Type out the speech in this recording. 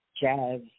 jazz